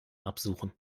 absuchen